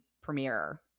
premiere